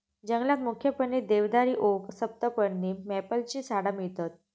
जंगलात मुख्यपणे देवदारी, ओक, सप्तपर्णी, मॅपलची झाडा मिळतत